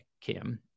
Kim